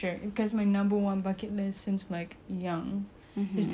is to go dubai and go skydiving in the palm jumeirah